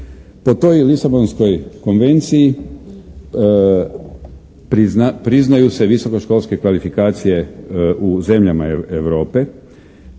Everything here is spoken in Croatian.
Po toj Lisabonskoj konvenciji priznaju se visokoškolske kvalifikacije u zemljama Europe,